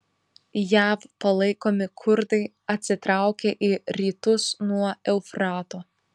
jav palaikomi kurdai atsitraukė į rytus nuo eufrato